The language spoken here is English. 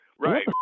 right